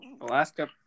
Alaska